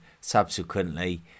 subsequently